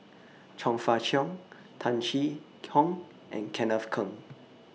Chong Fah Cheong Tung Chye Hong and Kenneth Keng